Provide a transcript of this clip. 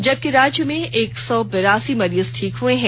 जबकि राज्य में एक सौ बेरासी मरीज ठीक हए हैं